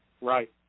Right